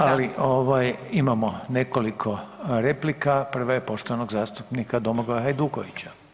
ali imamo nekoliko replika, prva je poštovanog zastupnika Domagoja Hajdukovića.